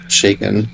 shaken